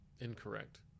Incorrect